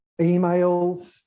emails